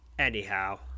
Anyhow